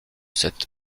cette